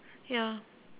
ya